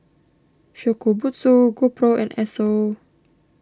Shokubutsu GoPro and Esso